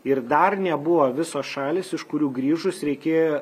ir dar nebuvo visos šalys iš kurių grįžus reikėjo